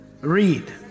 Read